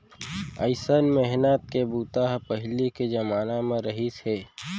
अइसन मेहनत के बूता ह पहिली के जमाना म रहिस हे